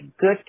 good